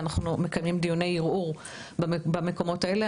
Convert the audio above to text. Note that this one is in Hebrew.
ואנחנו מקיימים דיוני ערעור במקומות האלה.